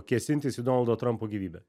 kėsintis į donaldo trumpo gyvybę